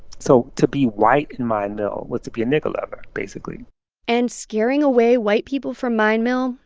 so to be white in mine mill was to be a nigger lover, basically and scaring away white people from mine mill,